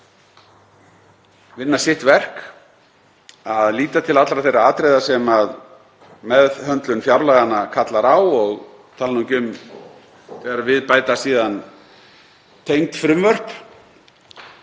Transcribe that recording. vinna sitt verk, að líta til allra þeirra atriða sem meðhöndlun fjárlaga kallar á og ég tala nú ekki um þegar við bætast tengd frumvörp.